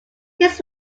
his